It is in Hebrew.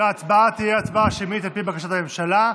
וההצבעה תהיה הצבעה שמית, על פי בקשת הממשלה.